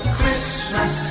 Christmas